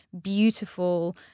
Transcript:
beautiful